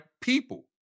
people